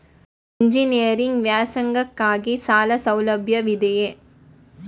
Engineering ವ್ಯಾಸಂಗಕ್ಕಾಗಿ ಸಾಲ ಸೌಲಭ್ಯವಿದೆಯೇ?